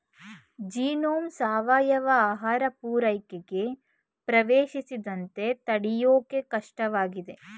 ಜೀನೋಮ್ನ ಸಾವಯವ ಆಹಾರ ಪೂರೈಕೆಗೆ ಪ್ರವೇಶಿಸದಂತೆ ತಡ್ಯೋಕೆ ಕಷ್ಟವಾಗ್ತದೆ